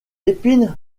épines